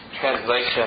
translation